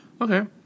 Okay